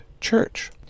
church